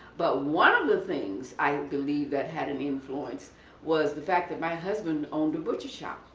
but one of the things i believe that had an influence was the fact that my husband owned a butcher's shop.